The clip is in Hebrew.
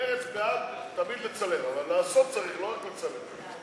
מרצ בעד תמיד לצלם, אבל לעשות צריך, לא רק לצלם.